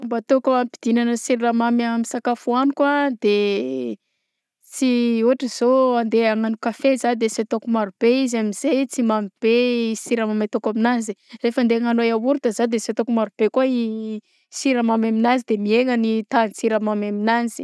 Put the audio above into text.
Ataoko ampidignana siramamy amin'ny sakafo hohagniko a de sy ôhatra zao ndeha hanao kafe za de sy ataoko maro be izy am'zey tsy mamy be i siramamy ataoko aminazy rehefa andeha hagnano yaourt za de sy ataoko marobe kôa i siramamy aminazy de mihena ny tahan'ny siramamy amin'azy.